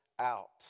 out